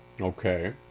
Okay